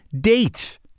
dates